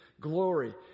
glory